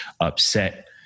upset